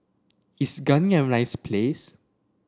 is Ghana a nice place